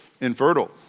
infertile